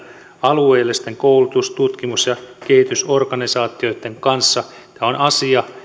alueellisten koulutus tutkimus ja kehitysorganisaatioiden kanssa tämä on asia